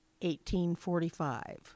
1845